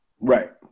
Right